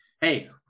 hey